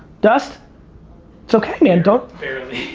dust? it's okay man, don't barely,